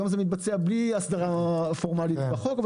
היום זה מתבצע בלי הסדרה פורמלית בחוק,